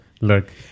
look